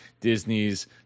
Disney's